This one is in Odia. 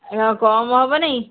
ହଁ କମ୍ ହେବନି